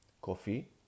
coffee